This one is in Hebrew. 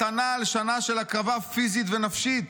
מתנה על שנה של הקרבה פיזית ונפשית.